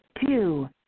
Two